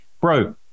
bro